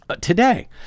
today